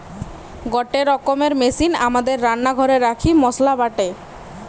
গটে রকমের মেশিন আমাদের রান্না ঘরে রাখি মসলা বাটে